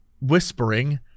Whispering